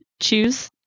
choose